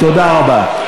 תודה רבה.